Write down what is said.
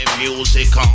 music